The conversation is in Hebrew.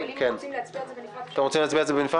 אבל אם רוצים להצביע על זה בנפרד --- אתם רוצים להצביע על זה בנפרד,